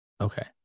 Okay